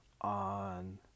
on